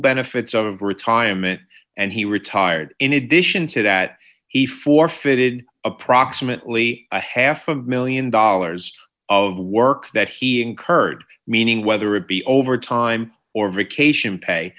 benefits of retirement and he retired in addition to that he forfeited approximately a half a one million dollars of work that he incurred meaning whether it be overtime or vacation pay